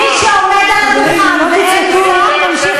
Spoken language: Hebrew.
אני מכיר.